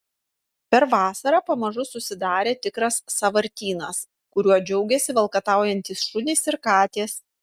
per vasarą pamažu susidarė tikras sąvartynas kuriuo džiaugėsi valkataujantys šunys ir katės